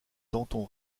danton